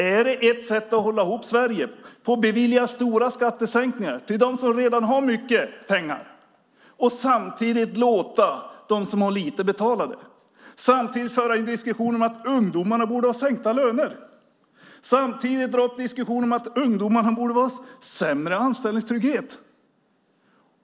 Är det ett sätt att hålla ihop Sverige att bevilja stora skattesänkningar för dem som redan har mycket pengar och samtidigt låta dem som har lite betala det? Samtidigt förs en diskussion om att ungdomarna borde ha sänkta löner. Samtidigt drar man upp en diskussion om att ungdomarna borde ha sämre anställningstrygghet.